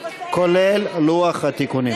כולל לוח התיקונים.